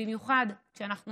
במיוחד כשאנחנו